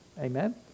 Amen